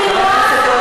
אני רואה בך,